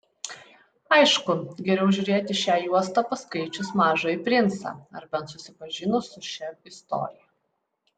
aišku geriau žiūrėti šią juostą paskaičius mažąjį princą ar bent susipažinus su šia istorija